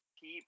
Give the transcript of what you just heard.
keep